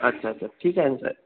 अच्छा अच्छा ठीक आहे ना सर